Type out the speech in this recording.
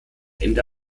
ende